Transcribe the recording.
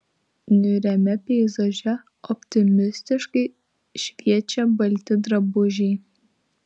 niūriame peizaže optimistiškai šviečia balti drabužiai